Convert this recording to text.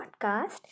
podcast